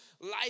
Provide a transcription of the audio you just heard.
life